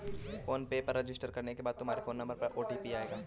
phone पे पर register करने के बाद तुम्हारे फोन नंबर पर ओ.टी.पी आएगा